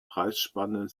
preisspanne